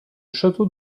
château